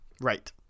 Right